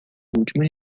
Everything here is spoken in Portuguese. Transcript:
último